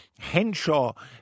Henshaw